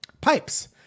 pipes